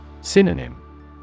Synonym